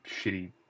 shitty